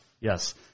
yes